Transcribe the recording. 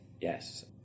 yes